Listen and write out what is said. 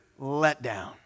letdown